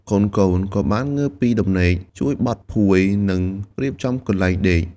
កូនៗក៏បានងើបពីដំណេក ជួយបត់ភួយ និងរៀបចំកន្លែងដេក។